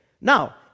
Now